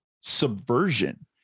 subversion